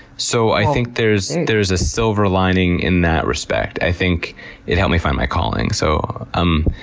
so, i think there's there's a silver lining in that respect. i think it helped me find my calling, so i'm,